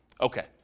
Okay